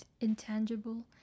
intangible